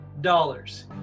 dollars